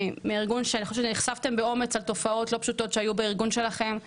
סיפרה שנחשפו באומץ על תופעות לא פשוטות שהיו בארגון שלכם,